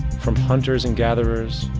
from hunters and gatherers,